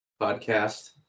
podcast